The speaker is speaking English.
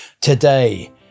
today